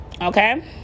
Okay